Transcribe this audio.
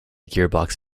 gearbox